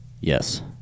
Yes